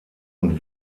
und